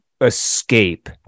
escape